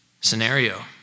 scenario